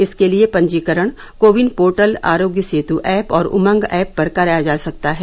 इसके लिए पंजीकरण कोविन पोर्टल आरोग्य सेत् ऐप और उमंग ऐप पर कराया जा सकता है